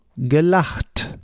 gelacht